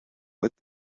width